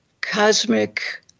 cosmic